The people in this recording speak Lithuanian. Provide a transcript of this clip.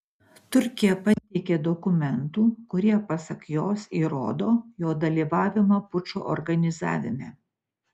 turkija pateikė dokumentų kurie pasak jos įrodo jo dalyvavimą pučo organizavime